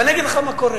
ואני אגיד לך מה קורה,